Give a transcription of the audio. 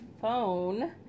phone